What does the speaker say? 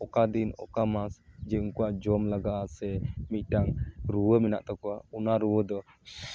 ᱚᱠᱟ ᱫᱤᱱ ᱚᱠᱟ ᱢᱟᱥ ᱡᱮ ᱩᱱᱠᱩᱣᱟᱜ ᱡᱚᱢ ᱞᱟᱜᱟᱜᱼᱟ ᱥᱮ ᱢᱤᱫᱴᱟᱱ ᱨᱩᱣᱟᱹ ᱢᱮᱱᱟᱜ ᱛᱟᱠᱚᱣᱟ ᱚᱱᱟ ᱨᱩᱣᱟᱹ ᱫᱚ